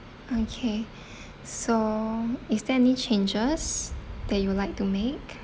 okay so is there any changes that you like to make